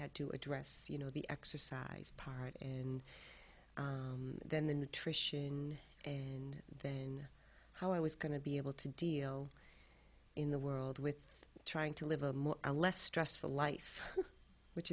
had to address you know the exercise part and then the nutrition and then how i was going to be able to deal in the world with trying to live a more a less stressful life which